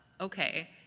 okay